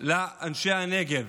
לאנשי הנגב.